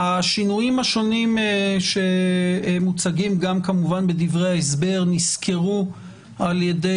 השינויים שמוצגים גם בדברי ההסבר נסקרו על ידי